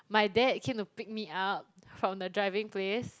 my dad came to pick me up from the driving place